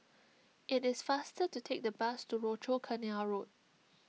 it is faster to take the bus to Rochor Canal Road